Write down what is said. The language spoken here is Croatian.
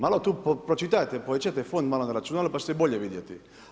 Malo tu pročitajte, povećajte font malo na računalu pa ćete bolje vidjeti.